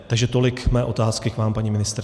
Takže tolik mé otázky k vám, paní ministryně.